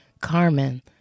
Carmen